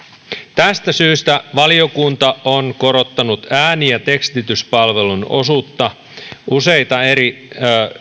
tästä syystä valiokunta on korottanut ääni ja tekstityspalvelun osuutta useita eri